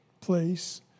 place